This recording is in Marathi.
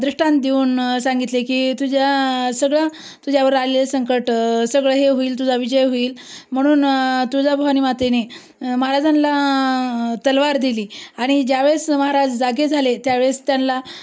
दृष्टांत देऊन सांगितले की तुझ्या सगळं तुझ्यावर आलेले संकट सगळं हे होईल तुझा विजय होईल म्हणून तुळजाभवानी मातेने महाराजांला तलवार दिली आणि ज्यावेळेस महाराज जागे झाले त्यावेळेस त्यांला